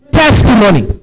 testimony